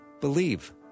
believe